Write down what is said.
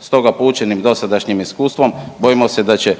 Stoga poučeni dosadašnjim iskustvom bojimo se da će